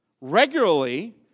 regularly